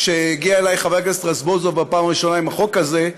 כשהגיע אליי חבר הכנסת רזבוזוב בפעם הראשונה עם החוק הזה,